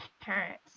parents